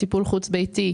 טיפול חוץ ביתי,